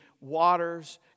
waters